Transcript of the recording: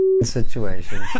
situation